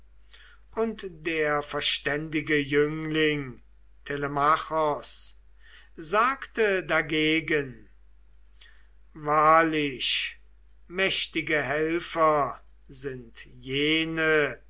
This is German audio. und der verständige jüngling telemachos sagte dagegen wahrlich mächtige helfer sind jene